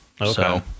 Okay